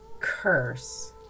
curse